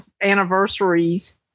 anniversaries